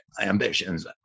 ambitions